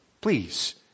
Please